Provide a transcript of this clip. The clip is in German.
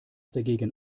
dagegen